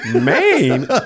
main